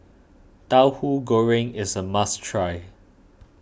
Tauhu Goreng is a must try